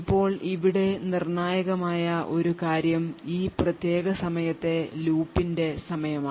ഇപ്പോൾ ഇവിടെ നിർണായക മായ ഒരു കാര്യം ഈ പ്രത്യേക സമയത്തെ ലൂപ്പിന്റെ സമയമാണ്